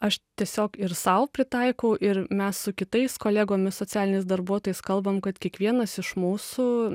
aš tiesiog ir sau pritaikau ir mes su kitais kolegomis socialiniais darbuotojais kalbam kad kiekvienas iš mūsų